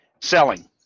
Selling